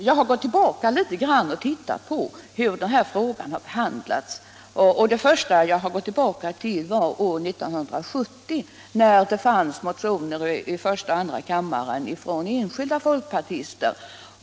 Jag har gått tillbaka något i tiden och tittat på hur frågan har behandlats tidigare. År 1970 väcktes motioner i första och andra kammaren av enskilda folkpartister.